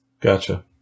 Gotcha